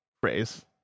phrase